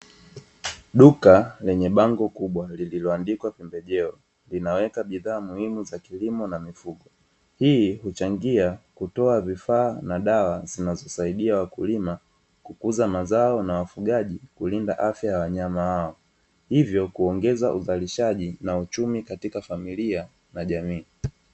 Bango kubwa lililoandikwa pembejeo, linaweka bidhaa muhimu za kilimo na mifugo. Hii uchangia kutoa vifaa na dawa, zinazosaidia wakulima kukuza mazao na wafugaji kulinda afya za wanyama hao. Hivyo kuongeza uzalishaji na uchumi katika familia, na jamii.